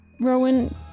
Rowan